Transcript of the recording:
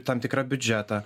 tam tikrą biudžetą